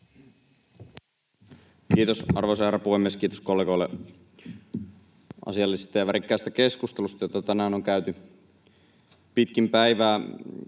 Kiitos, arvoisa herra puhemies! Kiitos kollegoille asiallisesta ja värikkäästä keskustelusta, jota tänään on käyty pitkin päivää.